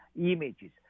images